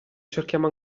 cerchiamo